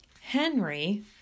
Henry